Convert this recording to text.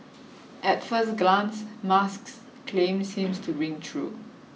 at first glance Musk's claim seems to ring true